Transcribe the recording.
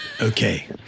Okay